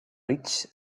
rich